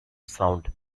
sound